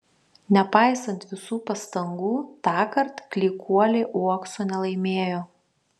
nepaisant visų pastangų tąkart klykuolė uokso nelaimėjo